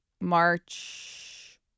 March